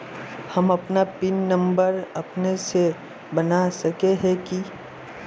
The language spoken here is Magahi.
हम अपन पिन नंबर अपने से बना सके है की?